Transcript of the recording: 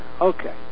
okay